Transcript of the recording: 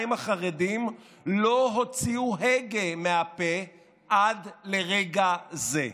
החרדים לא הוציאו הגה מהפה עד לרגע זה.